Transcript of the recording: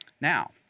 Now